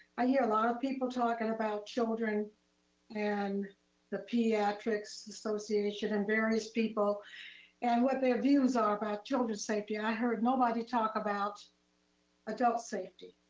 i hear a lot of people talking about children and the pediatrics association and various people and what their views are about children's safety. i heard nobody talk about adult safety.